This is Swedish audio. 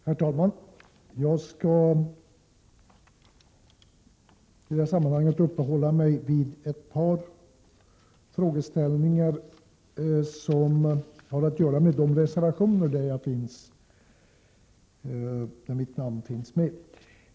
Herr talman! Jag skall i detta sammanhang uppehålla mig vid ett par frågeställningar som har att göra med de reservationer där mitt namn finns med.